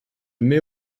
mets